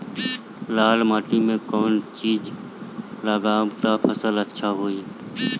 लाल माटी मे कौन चिज ढालाम त फासल अच्छा होई?